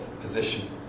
position